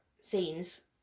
scenes